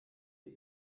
die